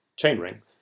chainring